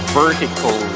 vertical